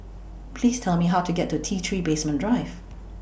Please Tell Me How to get to T three Basement Drive